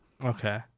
Okay